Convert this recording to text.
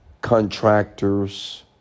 contractors